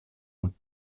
und